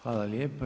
Hvala lijepa.